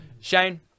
Shane